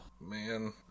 man